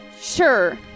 Sure